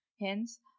Hence